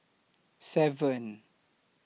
seven